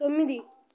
తొమ్మిది